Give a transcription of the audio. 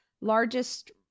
largest